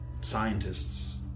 scientists